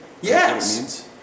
Yes